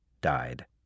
died